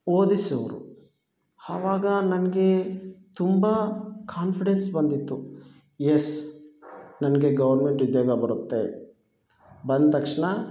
ಓದಿಸೋರು ಅವಾಗ ನನಗೆ ತುಂಬ ಕಾನ್ಫಿಡೆನ್ಸ್ ಬಂದಿತ್ತು ಎಸ್ ನನಗೆ ಗೌರ್ಮೆಂಟ್ ಉದ್ಯೋಗ ಬರುತ್ತೆ ಬಂದ ತಕ್ಷಣ